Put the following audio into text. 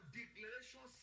declaration